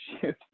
shoot